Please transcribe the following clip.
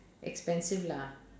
expensive lah